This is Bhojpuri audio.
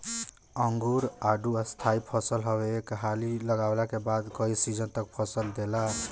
अंगूर, आडू स्थाई फसल हवे एक हाली लगवला के बाद कई सीजन तक फल देला